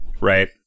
right